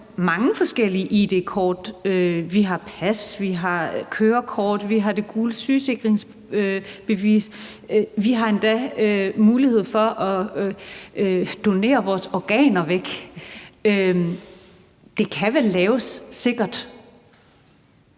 mange forskellige id-kort; vi har pas; vi har kørekort; vi har det gule sygesikringsbevis, og vi har endda mulighed for at donere vores organer væk. Det kan vel laves sikkert.